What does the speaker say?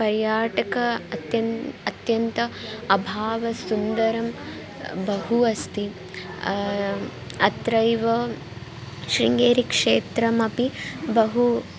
पर्यटकम् अत्यन् अत्यन्तम् अभावः सुन्दरं बहु अस्ति अत्रैव शृङ्गेरिक्षेत्रमपि बहु